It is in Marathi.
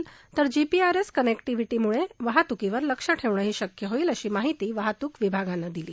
तर या वाहनातल्या जीपीआरएस कनेक्टिव्हिटीमुळे वाहतूकीवर लक्ष ठेवणंही शक्य होईल अशी माहिती वाहतूक विभागाने दिली